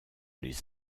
les